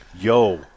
yo